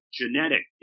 genetic